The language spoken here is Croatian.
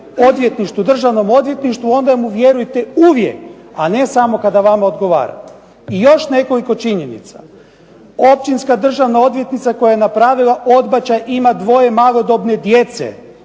vjerujete Državnom odvjetništvu onda mu vjerujte uvijek, a ne samo kada vama odgovara. I još nekoliko činjenica. Općinska državna odvjetnica koja je napravila odbačaj ima 2 malodobne djece,